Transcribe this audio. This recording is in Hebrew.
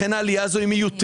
לכן העלייה הזו היא מיותרת,